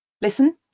Listen